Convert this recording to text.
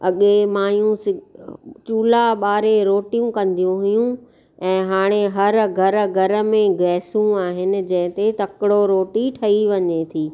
अॻे मायूं चूला ॿारे रोटियूं कंदियूं हुयूं ऐं हाणे हर घर घर में गैसूं आहिनि जंहिं ते तकिड़ो रोटी ठही वञे थी